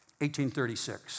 1836